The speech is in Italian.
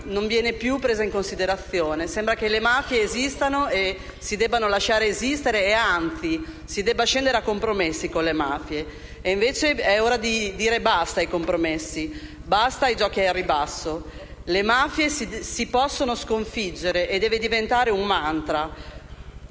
non viene più presa in considerazione: sembra che le mafie esistano, si debbano lasciare esistere e, anzi, si debba scendere a compromessi con loro. Invece è ora di dire basta ai compromessi e ai giochi al ribasso. Le mafie si possono sconfiggere e deve diventare un *mantra*.